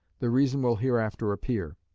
the reason will hereafter appear.